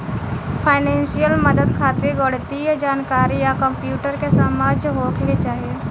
financial मदद खातिर गणितीय जानकारी आ कंप्यूटर के समझ होखे के चाही